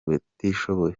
batishoboye